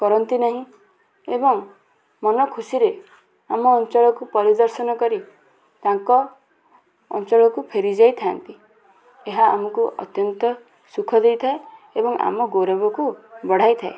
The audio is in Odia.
କରନ୍ତି ନାହିଁ ଏବଂ ମନ ଖୁସିରେ ଆମ ଅଞ୍ଚଳକୁ ପରିଦର୍ଶନ କରି ତାଙ୍କ ଅଞ୍ଚଳକୁ ଫେରିଯାଇଥାନ୍ତି ଏହା ଆମକୁ ଅତ୍ୟନ୍ତ ସୁଖ ଦେଇଥାଏ ଏବଂ ଆମ ଗୌରବକୁ ବଢ଼ାଇ ଥାଏ